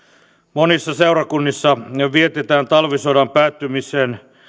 monissa seurakunnissa jo vietetään talvisodan päättymisen